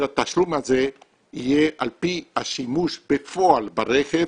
התשלום הזה יהיה על פי התשלום בפועל ברכב